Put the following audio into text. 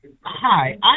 Hi